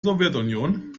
sowjetunion